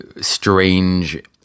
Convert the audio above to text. strange